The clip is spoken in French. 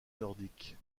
nordiques